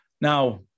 Now